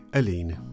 alene